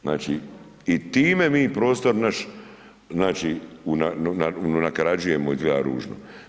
Znači i time mi prostor naš znači unakarađujemo, izgleda ružno.